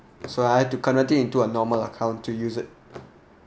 so I had to convert it into a normal account to use it